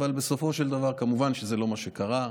אבל בסופו של דבר כמובן שזה לא מה שקרה.